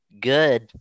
good